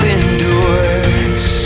endures